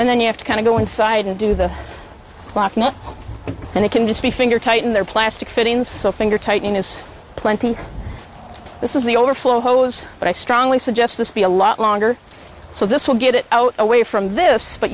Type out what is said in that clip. and then you have to kind of go inside and do the locking up and they can just be finger tighten their plastic fittings so finger tightening is plenty this is the overflow hose but i strongly suggest this be a lot longer so this will get it out away from this but